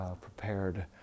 prepared